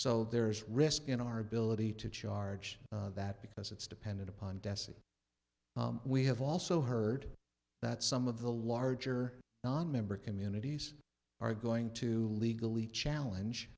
so there is risk in our ability to charge that because it's depended upon dessie we have also heard that some of the larger nonmember communities are going to legally challenge